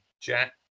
Jack